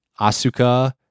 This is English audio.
Asuka